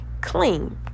clean